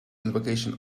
invocation